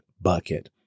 bucket